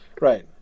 Right